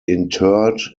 interred